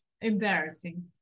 Embarrassing